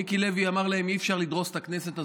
מיקי לוי אמר להם שאי-אפשר לדרוס את הכנסת הזו,